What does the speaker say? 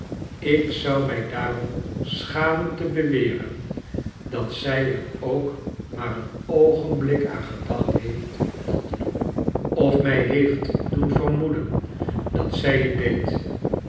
ik zou mij daarom sehamen te beweren dat zij er ook maar een oogenblik a an gedacht heeft dat te doen of mij heeft doen vermoeden dat zij het deed